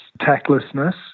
tactlessness